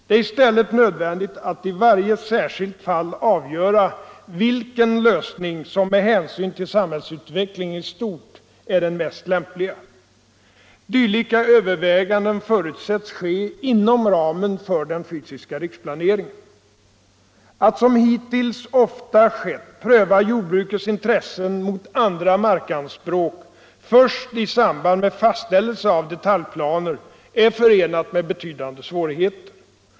Det är i stället nödvändigt att i varje särskilt fall avgöra vilken lösning som med hänsyn till samhällsutvecklingen i stort är den mest lämpliga. Dylika överväganden förutsätts ske inom ramen för den fysiska riksplaneringen. Att som hittills ofta skett pröva jordbrukets intressen mot andra markanspråk först i samband med fastställelse av detaljplaner är förenat med betydande svårigheter.